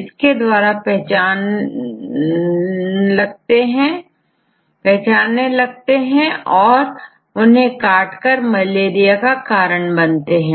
इसके द्वारा पहचान लगते हैं और उन्हें काटकर मलेरिया का कारण बनते हैं